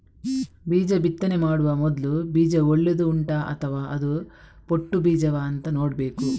ಬೀಜ ಬಿತ್ತನೆ ಮಾಡುವ ಮೊದ್ಲು ಬೀಜ ಒಳ್ಳೆದು ಉಂಟಾ ಅಥವಾ ಅದು ಪೊಟ್ಟು ಬೀಜವಾ ಅಂತ ನೋಡ್ಬೇಕು